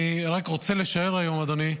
אני רק רוצה לשער היום, אדוני,